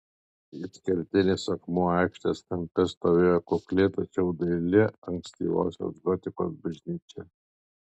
it kertinis akmuo aikštės kampe stovėjo kukli tačiau daili ankstyvosios gotikos bažnyčia